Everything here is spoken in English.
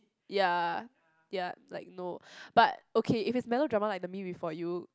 ya ya like no but okay if it's melodrama like the Me Before You